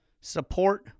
support